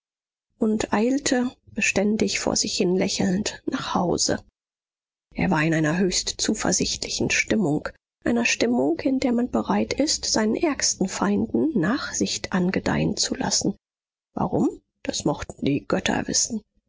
und eilte beständig vor sich hinlächelnd nach hause er war in einer höchst zuversichtlichen stimmung einer stimmung in der man bereit ist seinen ärgsten feinden nachsicht angedeihen zu lassen warum das mochten die götter wissen